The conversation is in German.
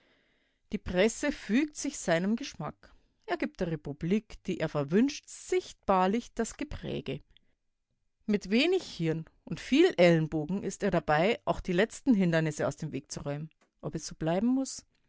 die presse fügt sich seinem geschmack er gibt der republik die er verwünscht sichtbarlich das gepräge mit wenig hirn und viel ellenbogen ist er dabei auch die letzten hindernisse aus dem weg zu räumen ob es so bleiben muß